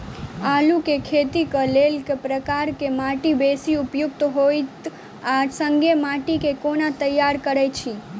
आलु केँ खेती केँ लेल केँ प्रकार केँ माटि बेसी उपयुक्त होइत आ संगे माटि केँ कोना तैयार करऽ छी?